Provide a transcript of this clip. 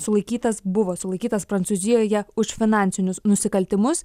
sulaikytas buvo sulaikytas prancūzijoje už finansinius nusikaltimus